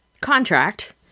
contract